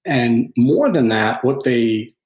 and more than that, what they,